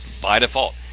by default.